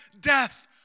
death